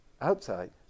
outside